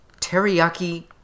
teriyaki